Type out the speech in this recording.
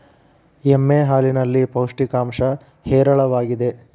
ಎಮ್ಮೆ ಹಾಲಿನಲ್ಲಿ ಪೌಷ್ಟಿಕಾಂಶ ಹೇರಳವಾಗಿದೆ